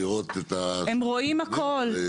רואים הכול.